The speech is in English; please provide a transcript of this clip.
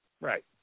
right